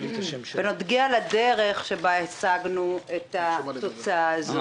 לדרך שבה השגנו את התוצאה הזו.